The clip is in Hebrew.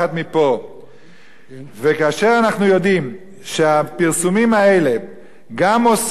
אנחנו יודעים שהפרסומים האלה גם מוסרים מידע לאירנים וגם מצד שני